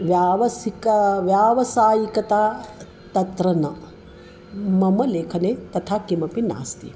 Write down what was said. व्यावसायिकता व्यावसायिकता तत्र न मम लेखने तथा किमपि नास्ति